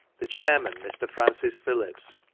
the chairman, mr. francis phillips,